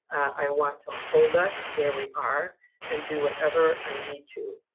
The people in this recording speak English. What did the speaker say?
i want to hold us where we are and do whatever i need to.